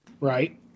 Right